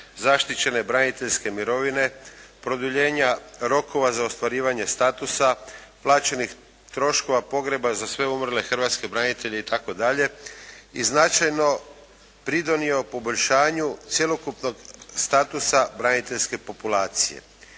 zaštićene braniteljske mirovine, produljenja rokova za ostvarivanje statusa, plaćenih troškova pogreba za sve umrle hrvatske branitelje itd., i značajno pridonio poboljšanju cjelokupnog statusa braniteljske populacije.